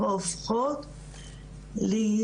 הופכות להיות